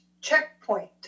checkpoint